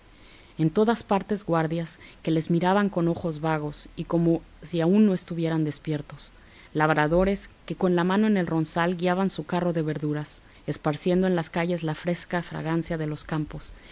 en todas partes guardias que les miraban con ojos vagos como si aún no estuvieran despiertos labradores que con la mano en el ronzal guiaban su carro de verduras esparciendo en las calles la fresca fragancia de los campos